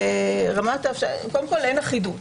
- אין אחידות.